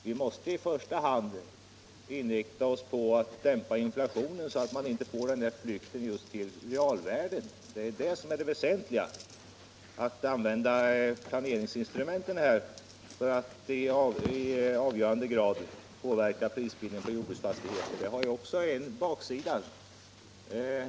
Vi måste i första hand inrikta oss på att dämpa inflationen, så att vi inte får flykten till realvärden. Det är det väsentliga. Om man använder planeringsinstrumenten för att i avgörande grad påverka prisbildningen på jordbruksfastigheter har det också en baksida.